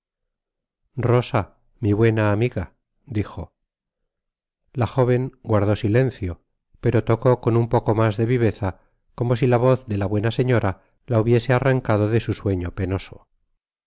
rosa mi buena amiga dijo la joven guardó silencio pero tocó con un poco mas de viveza como si la voz de la buena señora la hubiese arrancado de su sueño penoso